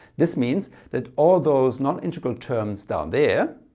this means that all those non-integral terms down there